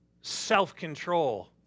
self-control